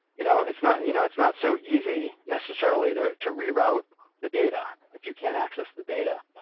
you know it's not you know it's not so easy, necessarily, to to reroute the data if you can't access the data.